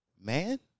man